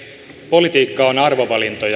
politiikka on arvovalintoja